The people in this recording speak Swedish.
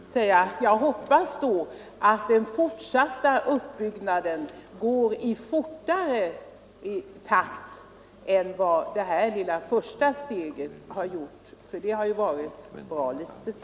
Herr talman! Jag hoppas då att den fortsatta uppbyggnaden går i snabbare takt än vad det här lilla första steget har gjort. Det har ju varit bra litet.